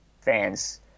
fans